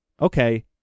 okay